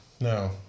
no